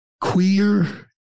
queer